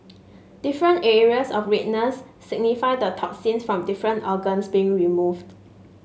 different areas of redness signify the toxins from different organs being removed